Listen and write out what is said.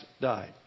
died